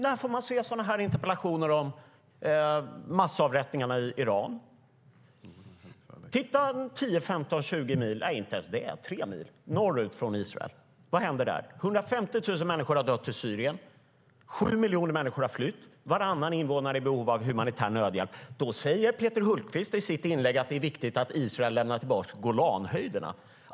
När får man se sådana interpellationer om massavrättningarna i Iran? Titta 10, 15, 20 mil, ja, inte ens det, utan 3 mil norrut från Israel. Vad händer där? Det har dött 150 000 människor i Syrien. Det är sju miljoner människor har flytt. Varannan invånare är i behov av humanitär nödhjälp. Då säger Peter Hultqvist i sitt inlägg att det är viktigt att Israel lämnar tillbaka Golanhöjderna.